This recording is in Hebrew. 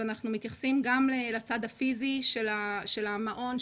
אנחנו מתייחסים גם לצד הפיזי של המעון,